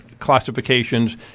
classifications